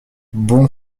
bon